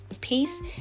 peace